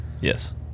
Yes